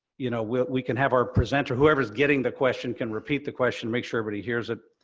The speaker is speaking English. you know, we can have our presenter, whoever's getting the question can repeat the question, make sure everybody hears it.